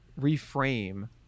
reframe